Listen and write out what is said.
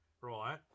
Right